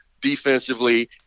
defensively